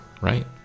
right